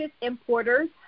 importers